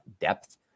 depth